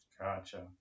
Gotcha